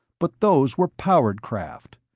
but those were powered craft.